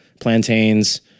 plantains